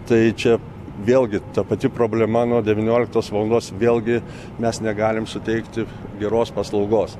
tai čia vėlgi ta pati problema nuo devynioliktos valandos vėlgi mes negalim suteikti geros paslaugos